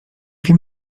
wiem